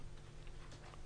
אם